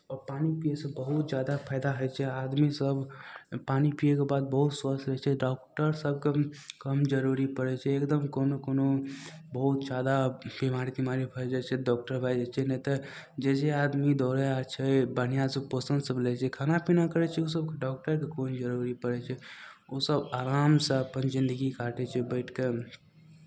आओर पानि पियैसँ बहुत ज्यादा फायदा हइ छै आदमीसभ पानि पियैके बाद बहुत स्वस्थ रहै छै डॉक्टर सभके भी कम जरूरी पड़ै छै एकदम कोनो कोनो बहुत ज्यादा बिमारी तिमारी फैल जाइ छै डॉक्टर भए जाइ छै नहि तऽ जे जे आदमी दौड़ै आर छै बढ़िआँसँ पोषण सभ लै छै खाना पीना करै छै ओ सभकेँ डॉक्टरके कोइ जरूरी पड़ै छै ओसभ आरामसँ अपन जिन्दगी काटै छै बैठि कऽ